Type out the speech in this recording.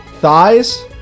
thighs